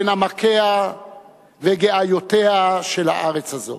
בין עמקיה וגיאיותיה של הארץ הזאת.